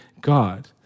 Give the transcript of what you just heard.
God